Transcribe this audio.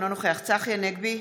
אינו נוכח צחי הנגבי,